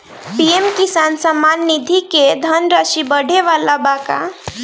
PM Kisan Samman Nidhi क धनराशि बढ़े वाला बा का?